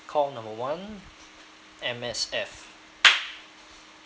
call number one M_S_F